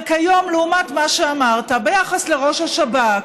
וכיום, לעומת מה שאמרת, ביחס לראש השב"כ,